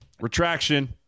retraction